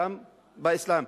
גם באסלאם.